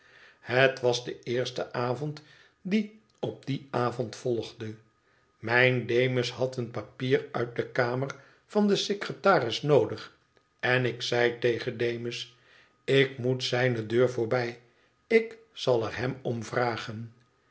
het was den eersten avond die op dien avond volgde mijn demus had een papier uit de kamer van den secretaris noodig en ik zei tegen demüs t tik moet zijne deur voorbij ik zal erhemom vragen